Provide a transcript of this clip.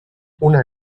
una